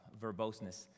verboseness